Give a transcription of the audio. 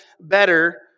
better